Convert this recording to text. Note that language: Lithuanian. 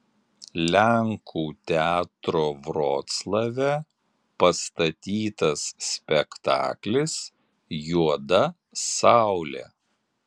lenkų teatro vroclave pastatytas spektaklis juoda saulė